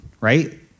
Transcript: right